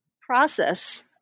process